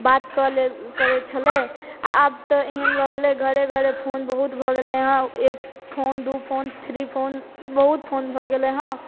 बात कऽ लेल करैत छलय आ आब तऽ एहन भऽ गेलय घरे घरे फोन बहुत भऽ गेलय हँ एक फोन दू फोन थ्री फोन बहुत फोन भऽ गेलय हँ